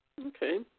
Okay